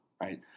right